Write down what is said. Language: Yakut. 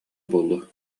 буолуо